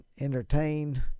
entertained